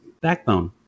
backbone